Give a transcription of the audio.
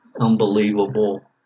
unbelievable